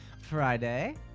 Friday